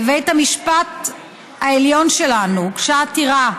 לבית המשפט העליון שלנו הוגשה עתירה,